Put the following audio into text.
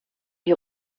die